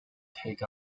take